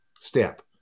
step